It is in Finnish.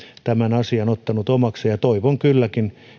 tämän asian ottanut omakseen ja toivon kyllä